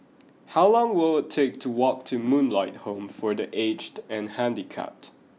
how long will it take to walk to Moonlight Home for the Aged and Handicapped